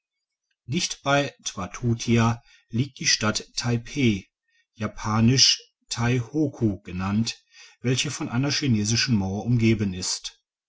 dicht bei twatutia liegt die stadt taipeh japanisch taihoku genannt welche von einer chinesischen mauer umgeben ist